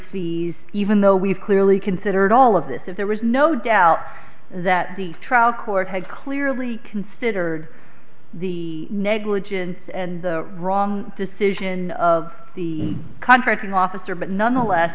fees even though we've clearly considered all of this if there is no doubt that the trial court had clearly considered the negligence and the wrong decision of the contracting officer but nonetheless